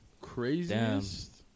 Craziest